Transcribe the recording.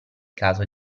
caso